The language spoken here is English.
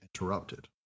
interrupted